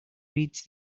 reads